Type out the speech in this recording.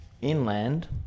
inland